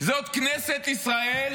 זאת כנסת ישראל?